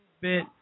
bit